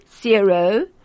zero